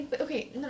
okay